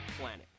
planet